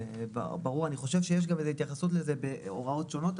אני חושב שיש גם התייחסות לזה בהוראות שונות.